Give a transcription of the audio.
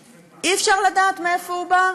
חסוי, אי-אפשר לדעת מאיפה הוא בא.